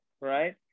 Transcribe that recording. right